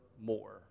more